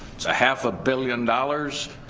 it's a half a billion dollars,